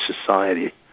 society